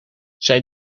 zij